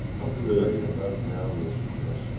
um right about now mr. keshe, and